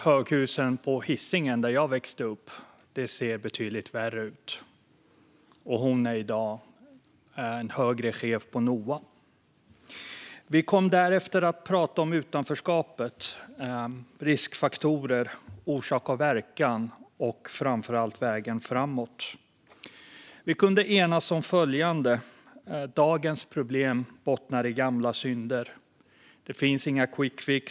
Höghusen på Hisingen, där jag växte upp, ser betydligt värre ut." Hon är i dag en hög chef på Noa. Vi kom därefter att prata om utanförskapet, riskfaktorer, orsak och verkan och framför allt vägen framåt. Vi kunde enas om att dagens problem bottnar i gamla synder och att det inte finns någon quickfix.